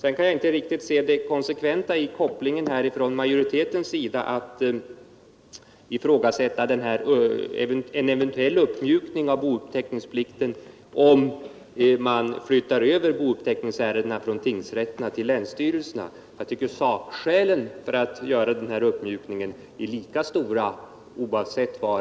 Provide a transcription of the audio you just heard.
Jag kan inte riktigt se det konsekventa i den koppling som majoriteten gör när den ifråga ätter möjligheten av en eventuell uppmjukning av bouppteckningsplikten under förutsättning att man flyttar över boupp teckningsärendena från tingsrätterna till länsstyrelserna. Jag tycker att sakskälen för att göra den här uppmjukningen är lika stora oavsett var